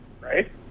right